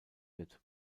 wird